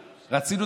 קצת?